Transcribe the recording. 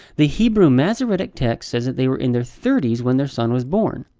the hebrew masoretic text says that they were in their thirty s when their son was born.